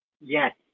Yes